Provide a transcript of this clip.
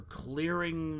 clearing